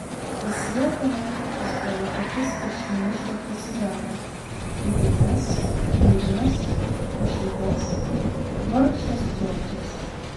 jis vėl pamatė pusbrolio akis virš neuždegto cigaro įdėmias liūdnas pašaipias vargšas džordžas